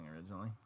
originally